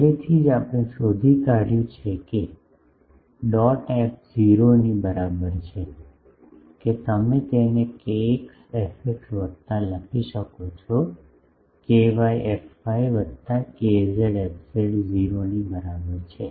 પહેલેથી જ આપણે શોધી કાધ્યું છે કે કે ડોટ એફ 0 ની બરાબર છે કે તમે તેને kx fx વત્તા લખી શકો છો ky fy વત્તા kz fz 0 ની બરાબર છે